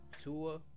Tua